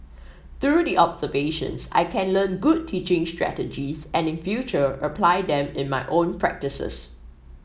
through the observations I can learn good teaching strategies and in future apply them in my own practices